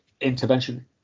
intervention